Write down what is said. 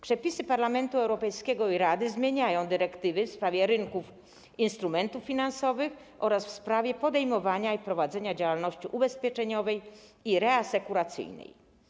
Przepisy Parlamentu Europejskiego i Rady zmieniają dyrektywy w sprawie rynków instrumentów finansowych oraz w sprawie podejmowania i prowadzenia działalności ubezpieczeniowej i reasekuracyjnej.